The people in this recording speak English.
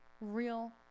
Real